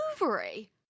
ovary